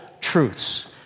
truths